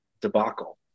debacle